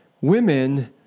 Women